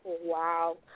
Wow